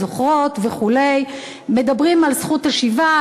"זוכרות" וכו' מדברים על זכות השיבה,